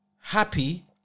happy